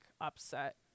upset